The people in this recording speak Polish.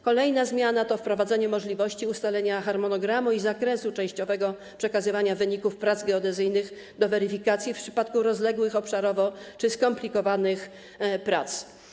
Kolejna zmiana to wprowadzenie możliwości ustalenia harmonogramu i zakresu częściowego przekazywania wyników prac geodezyjnych do weryfikacji w przypadku rozległych obszarowo czy skomplikowanych prac.